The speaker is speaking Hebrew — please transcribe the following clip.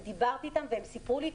אני דיברתי איתם והם סיפרו לי.